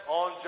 on